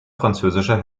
französischer